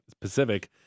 Pacific